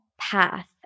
path